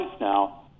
now